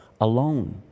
alone